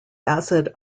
acid